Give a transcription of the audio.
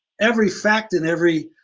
every fact in every,